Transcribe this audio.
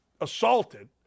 assaulted